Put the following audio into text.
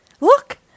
look